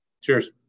Cheers